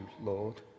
Lord